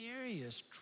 serious